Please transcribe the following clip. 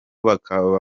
bakaba